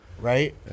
Right